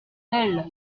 delle